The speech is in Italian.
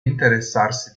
interessarsi